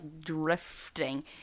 drifting